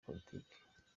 politike